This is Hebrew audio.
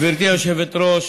גברתי היושבת-ראש,